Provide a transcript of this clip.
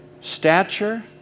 stature